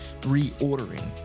reordering